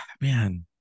man